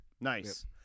Nice